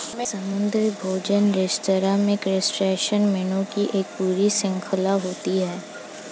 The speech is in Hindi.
समुद्री भोजन रेस्तरां में क्रस्टेशियन मेनू की एक पूरी श्रृंखला होती है